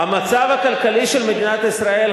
המצב הכלכלי של מדינת ישראל,